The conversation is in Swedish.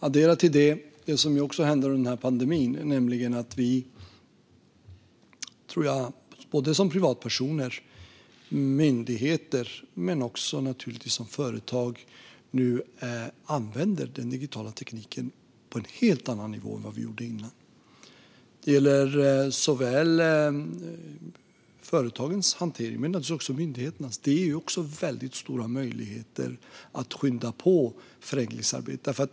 Addera det som också händer under den här pandemin, nämligen att vi, privatpersoner, myndigheter och företag, nu använder den digitala tekniken på en helt annan nivå än vad vi gjorde innan. Det gäller såväl företagens hantering som myndigheternas. Det ger väldigt stora möjligheter att skynda på förenklingsarbetet.